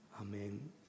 Amen